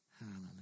Hallelujah